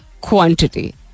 quantity